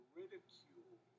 ridicule